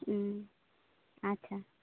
ᱟᱪᱪᱷᱟ